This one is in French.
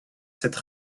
cette